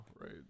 right